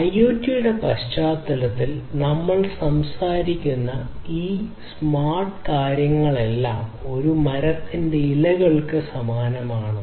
IoT യുടെ പശ്ചാത്തലത്തിൽ നമ്മൾ സംസാരിക്കുന്ന ഈ സ്മാർട്ട് കാര്യങ്ങളെല്ലാം ഒരു മരത്തിന്റെ ഇലകൾക്ക് സമാനമാണ്